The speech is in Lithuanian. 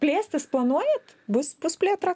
plėstis planuojat bus bus plėtra